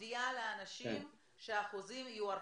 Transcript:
מודיעה לאנשים שהחוזים יוארכו.